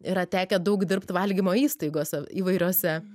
yra tekę daug dirbt valgymo įstaigose įvairiose